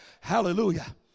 hallelujah